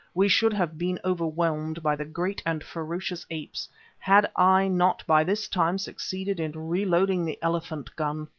we should have been overwhelmed by the great and ferocious apes had i not by this time succeeded in re-loading the elephant gun.